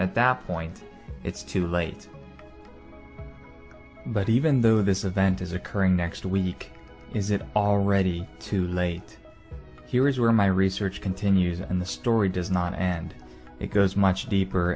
week it's too late but even though this event is occurring next week is it already too late here is where my research continues and the story does not end it goes much deeper